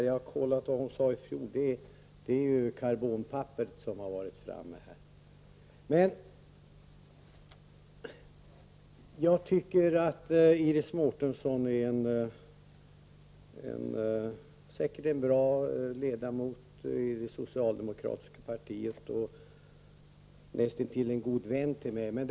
Jag har kollat vad hon sade i fjol -- det är ju karbonpapperet som har varit framme här! Iris Mårtensson är säkert en bra ledamot i det socialdemokratiska partiet och näst intill en god vän med mig.